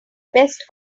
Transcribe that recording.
best